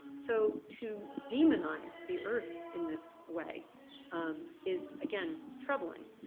so to demonise the earth in this way is again troubling.